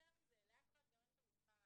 יותר מזה, לאף אחד גם אין את המספר העתידי.